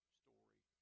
story